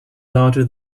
larger